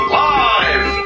live